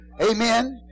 Amen